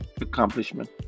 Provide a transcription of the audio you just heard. accomplishment